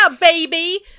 baby